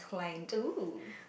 oh